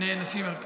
נענשים על כך.